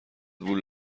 وول